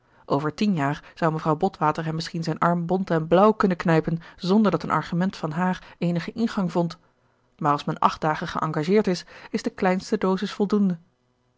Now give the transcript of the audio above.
over tien jaar zou mevrouw botwater hem misschien zijn arm bont en blauw kunnen knijpen zonder dat een argument van haar eenigen ingang vond maar als men acht dagen geëngageerd is is de kleinste dosis voldoende